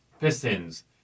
Pistons